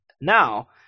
now